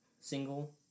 Single